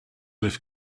lift